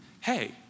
hey